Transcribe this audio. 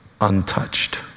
Untouched